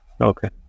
Okay